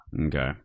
Okay